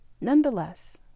Nonetheless